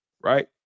Right